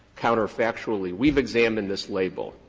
counterfactually, we've examined this label,